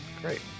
Great